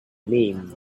name